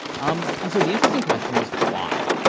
um and so the interesting question is, why?